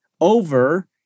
over